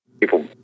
people